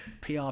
PR